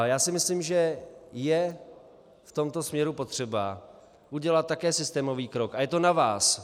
Já si myslím, že je v tomto směru potřeba udělat také systémový krok, a je to na vás.